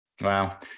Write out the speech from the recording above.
Wow